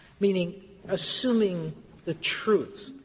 meaning assuming the truth,